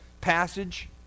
passage